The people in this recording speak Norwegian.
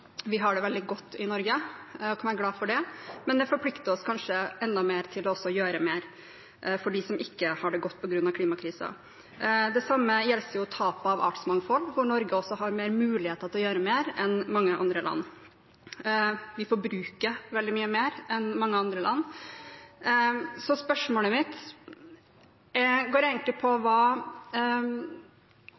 Vi har det veldig godt i Norge og kan være glad for det. Men det forplikter oss kanskje enda mer til å gjøre mer for dem som ikke har det godt på grunn av klimakrisen. Det samme gjelder tap av artsmangfold, hvor Norge også har flere muligheter til å gjøre mer enn mange andre land. Vi forbruker veldig mye mer enn mange andre land. Så spørsmålet mitt gjelder hva